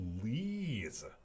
please